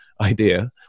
idea